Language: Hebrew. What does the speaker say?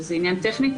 זה עניין טכני,